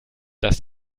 dass